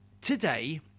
today